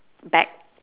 back